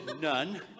none